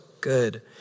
good